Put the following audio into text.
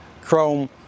chrome